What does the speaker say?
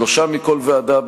שלושה מכל ועדה,